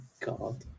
God